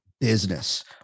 Business